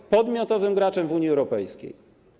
jest podmiotowym graczem w Unii Europejskiej.